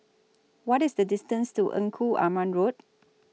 What IS The distance to Engku Aman Road